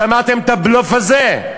שמעתם את הבלוף הזה?